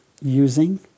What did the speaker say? using